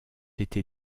été